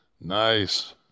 Nice